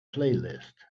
playlist